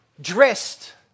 Dressed